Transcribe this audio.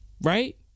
right